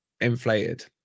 inflated